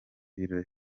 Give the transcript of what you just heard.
birori